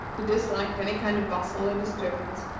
who disliked any kind of bustle or disturbance,